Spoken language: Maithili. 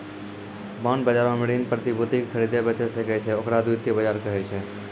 बांड बजारो मे ऋण प्रतिभूति के खरीदै बेचै सकै छै, ओकरा द्वितीय बजार कहै छै